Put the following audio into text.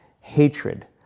hatred